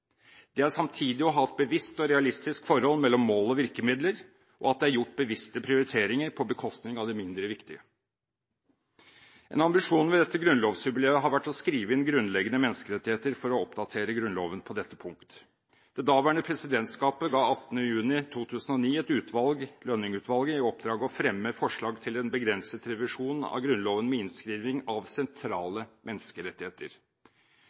Det er samtidig å ha et bevisst og realistisk forhold mellom mål og virkemidler, og at det er gjort bevisste prioriteringer på bekostning av det mindre viktige. En ambisjon ved dette grunnlovsjubileet har vært å skrive inn grunnleggende menneskerettigheter for å oppdatere Grunnloven på dette punkt. Det daværende presidentskapet ga 18. juni 2009 et utvalg – Lønning-utvalget – i oppdrag å fremme forslag til en begrenset revisjon av Grunnloven med innskriving av sentrale menneskerettigheter.